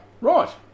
Right